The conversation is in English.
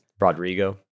Rodrigo